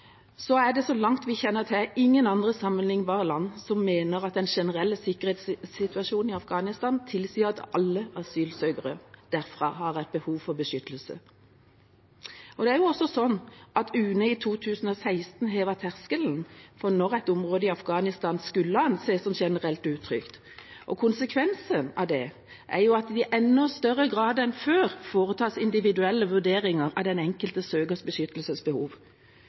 er det – så langt vi kjenner til – ingen andre sammenlignbare land som mener at den generelle sikkerhetssituasjonen i Afghanistan tilsier at alle asylsøkere derfra har behov for beskyttelse. UNE hevet i 2016 terskelen for når et område i Afghanistan skulle anses som generelt utrygt. Konsekvensen av det er at det i enda større grad enn før foretas individuelle vurderinger av den enkelte søkers beskyttelsesbehov.